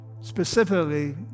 specifically